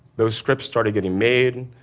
those scripts started getting made,